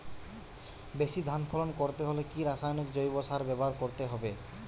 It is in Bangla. বেশি ধান ফলন করতে হলে কি রাসায়নিক জৈব সার ব্যবহার করতে হবে?